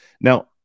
Now